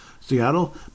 seattle